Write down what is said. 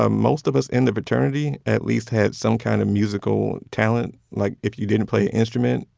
ah most of us in the fraternity at least had some kind of musical talent. like, if you didn't play an instrument,